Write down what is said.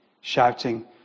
shouting